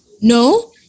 no